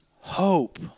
hope